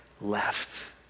left